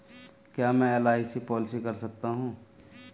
क्या मैं LIC policy कर सकता हूं?